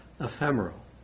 Ephemeral